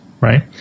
right